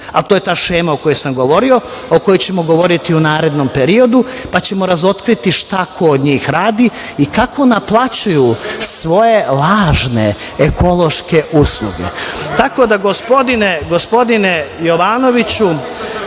a to je ta šema o kojoj sam govorio, o kojoj ćemo govoriti u narednom periodu, pa ćemo razotkriti šta ko od njih radi i kako naplaćuju svoje lažne ekološke usluge. Tako